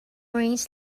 ruins